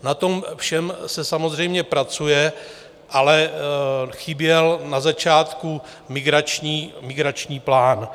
Na tom všem se samozřejmě pracuje, ale chyběl na začátku migrační plán.